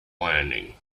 landing